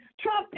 Trump